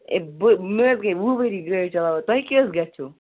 A بہٕ مےٚ حظ گٔے وُہ ؤری گٲڑۍ چلاوان تۄہہِ کیٛاہ حظ گژھیِو